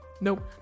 Nope